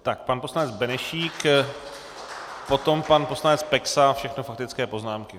Tak pan poslanec Benešík, potom pan poslanec Peksa, všechno faktické poznámky.